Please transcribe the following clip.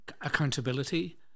accountability